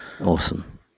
Awesome